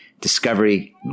Discovery